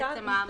זאת המשמעות.